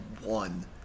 one